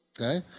Okay